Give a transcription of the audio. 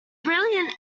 brilliant